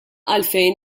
għalfejn